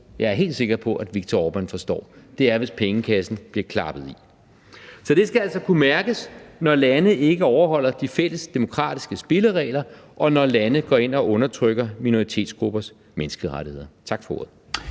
jeg er helt sikker på, at Viktor Orbán forstår – altså hvis pengekassen bliver klappet i. Så det skal altså kunne mærkes, når lande ikke overholder de fælles demokratiske spilleregler, og når lande går ind og undertrykker minoritetsgruppers menneskerettigheder. Tak for ordet.